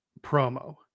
promo